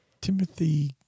Timothy